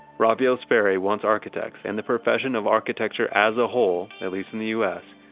raphael sperry wants architects and the profession of architecture as a whole, at least in the us,